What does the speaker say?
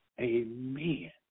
amen